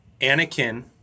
Anakin